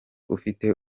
ufite